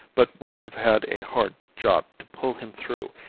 but we have had a hard job to pull him through.